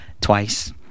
twice